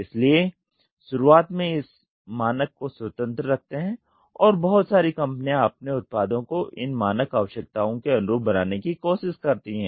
इसलिए शुरुआत में इस मानक को स्वतंत्र रखते है और बहुत सारी कंपनियां अपने उत्पादों को इन मानक आवश्यकताओं के अनुरूप बनाने की कोशिश करती हैं